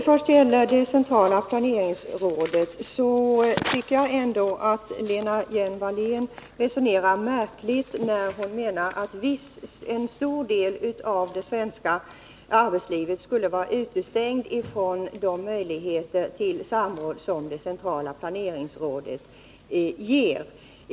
Fru talman! Jag tycker att Lena Hjelm-Wallén resonerar märkligt när hon menar att en stor del av det svenska arbetslivet skulle vara utestängd från de möjligheter till samråd som det centrala planeringsrådet ger.